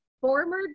Former